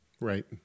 Right